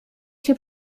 się